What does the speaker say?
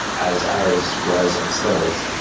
as ours was and still is,